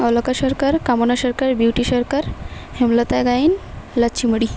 ଅଲକା ସରକାର କାମନା ସରକାର ବିୟୁଟି ସରକାର ହେମଲତା ଗାଇନ୍ ଲାଚି ମଡ଼ି